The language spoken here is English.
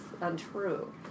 untrue